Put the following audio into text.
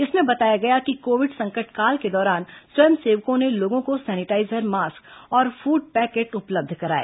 इसमें बताया गया कि कोविड संकट काल के दौरान स्वयं सेवकों ने लोगों को सेनिटाइजर मास्क और फूड पैकेट उपलब्ध कराए